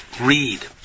read